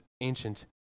ancient